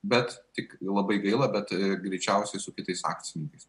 bet tik labai gaila bet greičiausiai su kitais akcininkais